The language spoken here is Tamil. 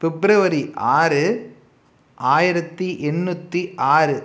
ஃபிப்ரவரி ஆறு ஆயிரத்தி எண்ணூத்தி ஆறு